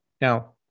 Now